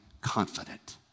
confident